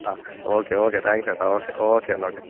അ okay okay thanks ഏട്ടാ okay okay എന്നാൽ okay